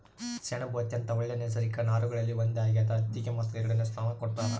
ಸೆಣಬು ಅತ್ಯಂತ ಒಳ್ಳೆ ನೈಸರ್ಗಿಕ ನಾರುಗಳಲ್ಲಿ ಒಂದಾಗ್ಯದ ಹತ್ತಿಗೆ ಮಾತ್ರ ಎರಡನೆ ಸ್ಥಾನ ಕೊಡ್ತಾರ